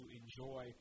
enjoy